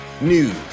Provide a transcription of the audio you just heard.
news